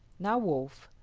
now wolf,